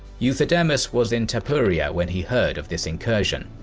euthydemus was in tapuria when he heard of this incursion.